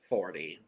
Forty